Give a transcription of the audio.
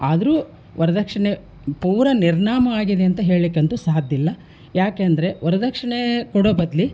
ಆದರೂ ವರದಕ್ಷ್ಣೆ ಪೂರ ನಿರ್ನಾಮ ಆಗಿದೆ ಅಂತ ಹೇಳಲಿಕ್ಕಂತೂ ಸಾಧ್ಯ ಇಲ್ಲ ಯಾಕೆಂದರೆ ವರದಕ್ಷಿಣೆ ಕೊಡೊ ಬದ್ಲು